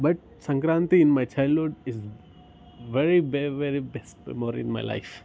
but Sankranti in my childhood is very be very best memory in my life